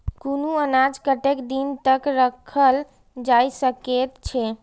कुनू अनाज कतेक दिन तक रखल जाई सकऐत छै?